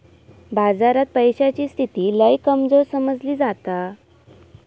बाजारात पैशाची स्थिती लय कमजोर समजली जाता